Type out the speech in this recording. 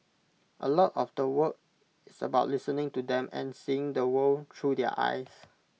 A lot of the work is about listening to them and seeing the world through their eyes